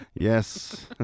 Yes